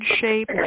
shape